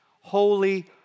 Holy